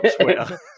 Twitter